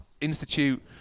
institute